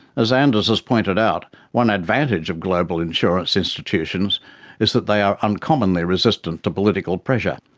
as anders has pointed out, one advantage of global insurance institutions is that they are uncommonly resistant to political pressure.